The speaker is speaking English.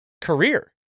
career